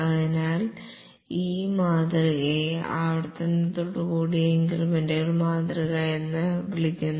അതിനാൽ ഈ മാതൃകയെ ഇൻക്രെമെന്റൽ മോഡൽ വിത്ത് ഇറ്ററേഷൻ എന്ന് വിളിക്കുന്നു